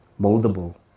moldable